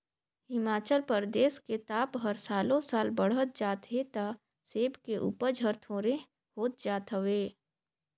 हिमाचल परदेस के ताप हर सालो साल बड़हत जात हे त सेब के उपज हर थोंरेह होत जात हवे